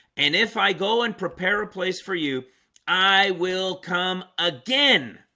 and if i go and prepare a place for you i will come again